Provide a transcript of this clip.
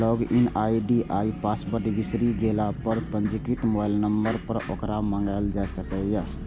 log in ID या password बिसरि गेला पर पंजीकृत मोबाइल नंबर पर ओकरा मंगाएल जा सकैए